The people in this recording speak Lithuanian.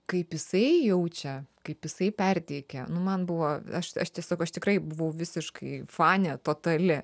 kaip jisai jaučia kaip jisai perteikia nu man buvo aš aš tiesiog aš tikrai buvau visiškai fanė totali